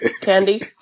candy